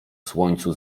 słońcu